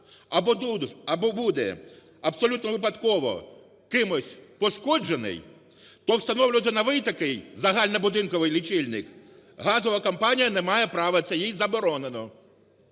або буде абсолютно випадково кимось пошкоджений, то встановлювати новий такий заагльнобудинковий лічильник газова компанія не має права, це їй заборонено.